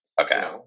Okay